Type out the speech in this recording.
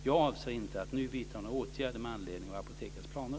Jag avser inte att nu vidta några åtgärder med anledning av Apotekets planer.